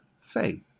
faith